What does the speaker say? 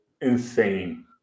insane